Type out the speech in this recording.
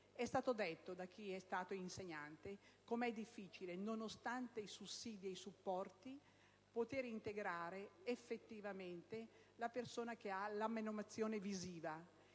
è stato insegnante ha spiegato quanto sia difficile, nonostante i sussidi e i supporti, poter integrare effettivamente la persona che ha una menomazione visiva.